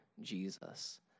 Jesus